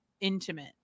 intimate